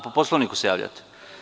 Po Poslovniku se javljate?